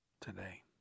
today